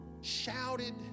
shouted